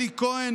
אלי כהן,